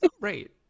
Right